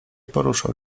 poruszał